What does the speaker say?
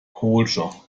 culture